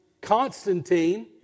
Constantine